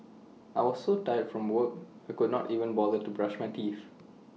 I was so tired from work I could not even bother to brush my teeth